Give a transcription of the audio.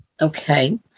Okay